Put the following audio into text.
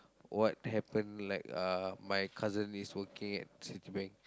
what happen like uh my cousin is working at Citibank